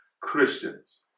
Christians